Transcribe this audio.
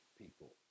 people